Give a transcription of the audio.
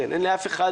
כן -- ואין לאף אחד